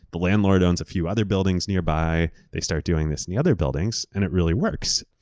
the landlord owns a few other buildings nearby. they started doing this in the other buildings and it really works.